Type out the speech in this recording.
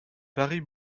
paris